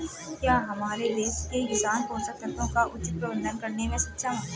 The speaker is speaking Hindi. क्या हमारे देश के किसान पोषक तत्वों का उचित प्रबंधन करने में सक्षम हैं?